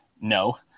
No